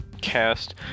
cast